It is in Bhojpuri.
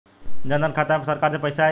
जनधन खाता मे सरकार से पैसा आई?